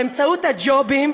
באמצעות הג'ובים,